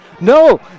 No